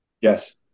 Yes